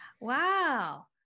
Wow